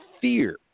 fear